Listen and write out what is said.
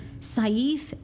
Saif